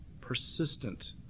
persistent